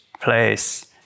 place